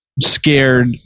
scared